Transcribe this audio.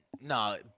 No